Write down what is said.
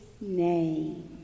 name